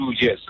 yes